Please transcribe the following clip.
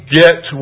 get